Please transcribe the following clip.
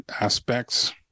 aspects